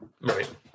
Right